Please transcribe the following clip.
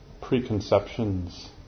preconceptions